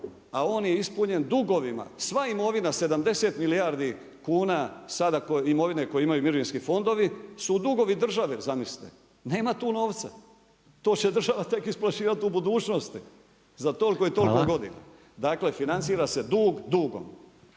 a on je ispunjen dugovima. Sva imovina 70 milijardi kuna sada imovine koju imaju mirovinski fondovi su dugovi države zamislite. Nema tu novca. To će država tek isplaćivati u budućnosti za toliko i toliko godina. Dakle, financira se dug dugom.